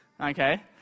Okay